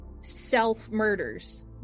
self-murders